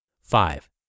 Five